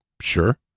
Sure